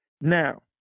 Now